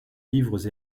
livres